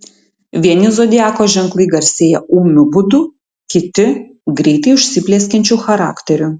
vieni zodiako ženklai garsėja ūmiu būdu kiti greitai užsiplieskiančiu charakteriu